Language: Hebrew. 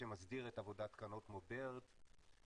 שמסדיר את עבודת קרנות כמו בירד ואחרות.